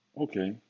Okay